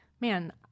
Man